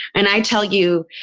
and i tell you,